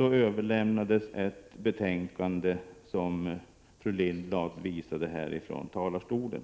överlämnades ett betänkande, som fru Lindblad tog upp häri talarstolen.